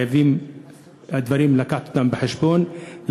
חייבים להביא בחשבון את הדברים,